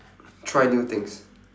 try new things